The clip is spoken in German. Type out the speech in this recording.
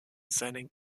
seinen